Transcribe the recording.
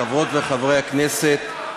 חברות וחברי הכנסת,